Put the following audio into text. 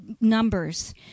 numbers